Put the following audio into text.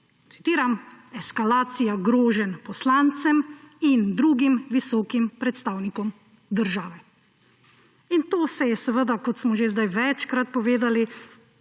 citiram, »eskalacija groženj poslancem in drugim visokim predstavnikom države«. In to se je seveda, kot smo že zdaj večkrat povedali,